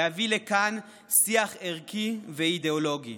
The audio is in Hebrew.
להביא לכאן שיח ערכי ואידיאולוגי.